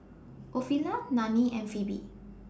Ofelia Nannie and Phoebe